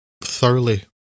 thoroughly